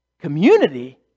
community